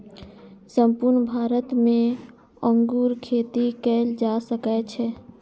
संपूर्ण भारत मे अंगूर खेती कैल जा सकै छै